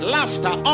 Laughter